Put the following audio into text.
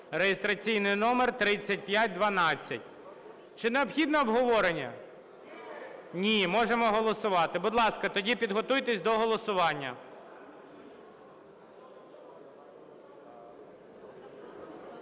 (реєстраційний номер 3512). Чи необхідне обговорення? Ні. Можемо голосувати. Будь ласка, тоді підготуйтесь до голосування.